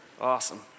Awesome